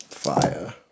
Fire